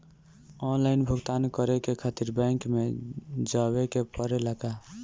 Online भुगतान करे के खातिर बैंक मे जवे के पड़ेला का?